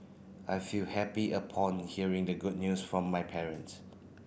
I feel happy upon hearing the good news from my parents